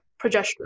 progesterone